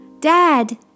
Dad